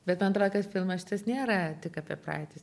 bet man atrodo kad filmas šitas nėra tik apie praeitį